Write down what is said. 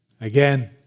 Again